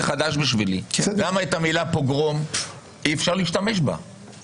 זה חדש בשבילי למה אי אפשר להשתמש במילה פוגרום.